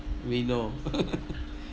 we know